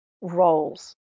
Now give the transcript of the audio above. roles